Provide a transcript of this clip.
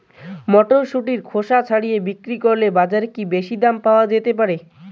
মটরশুটির খোসা ছাড়িয়ে বিক্রি করলে বাজারে কী বেশী দাম পাওয়া যেতে পারে?